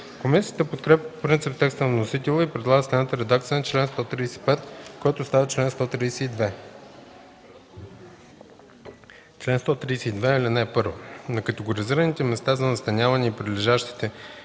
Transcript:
Комисията подкрепя по принцип текста на вносителя и предлага следната редакция на чл. 135, който става чл. 132: „Чл. 132. (1) На категоризираните места за настаняване и прилежащите